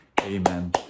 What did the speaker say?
amen